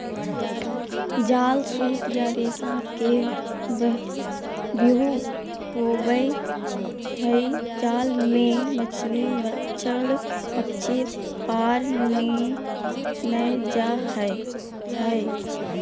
जाल सूत या रेशा के व्यूह होवई हई जाल मे मछली, मच्छड़, पक्षी पार नै जा हई